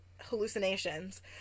hallucinations